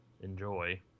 enjoy